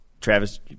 Travis